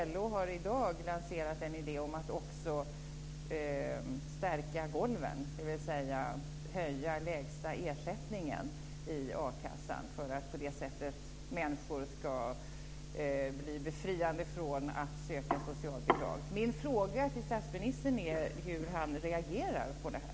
LO har i dag lanserat en idé om att också stärka golven, dvs. höja lägsta ersättningen i a-kassan för att på det sättet människor ska bli befriade från att söka socialbidrag. Min fråga till statsministern är hur han reagerar på det här.